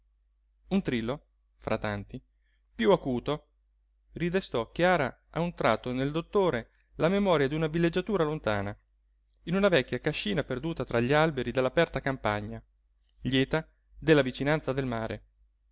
un trillo fra tanti piú acuto ridestò chiara a un tratto nel dottore la memoria d'una villeggiatura lontana in una vecchia cascina perduta tra gli alberi dell'aperta campagna lieta della vicinanza del mare